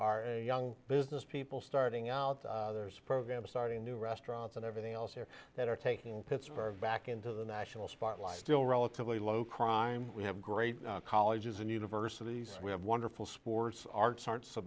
are young businesspeople starting out the program starting new restaurants and everything else here that are taking pittsburgh back into the national spotlight still relatively low crime we have great colleges and universities we have wonderful sports arts ar